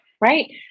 Right